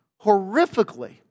horrifically